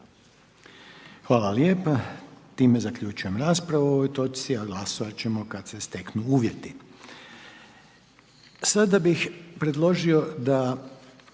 Hvala lijepa. Time zaključujem raspravu o ovoj točci, a glasovat ćemo kad se steknu uvjeti. **Jandroković,